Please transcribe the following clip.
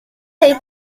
est